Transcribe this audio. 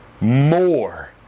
more